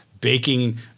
baking